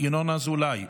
ינון אזולאי,